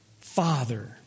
Father